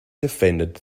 defended